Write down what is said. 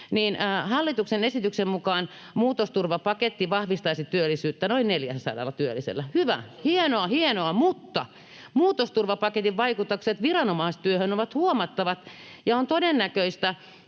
Hallituksen esityksen mukaan muutosturvapaketti vahvistaisi työllisyyttä noin 400 työllisellä. Hyvä, hienoa, hienoa, mutta muutosturvapaketin vaikutukset viranomaistyöhön ovat huomattavat, ja on todennäköistä,